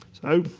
so,